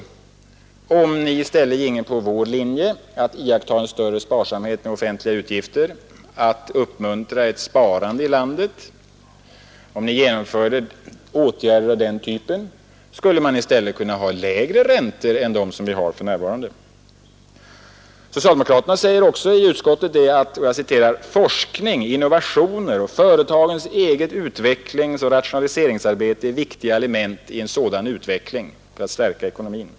Om ni i stället ginge på vår linje att iaktta större sparsamhet med offentliga utgifter och uppmuntra sparandet, så skulle vi kunna ha lägre räntor än vi har för Socialdemokraterna skriver också i finansutskottets betänkande: ”Forskning, innovationer och företagens eget utvecklingsoch rationaliseringsarbete är viktiga element” för att stärka ekonomin.